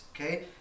Okay